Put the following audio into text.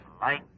Light